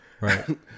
Right